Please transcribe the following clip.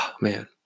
Man